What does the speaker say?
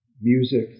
music